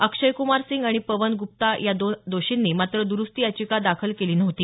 अक्षय कुमार सिंग आणि पवन गुप्ता इतर दोन दोषींनी मात्र दुरुस्ती याचिका दाखल केली नव्हती